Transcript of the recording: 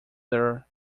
their